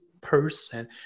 person